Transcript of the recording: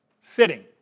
sitting